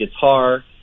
guitar